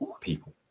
people